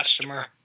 customer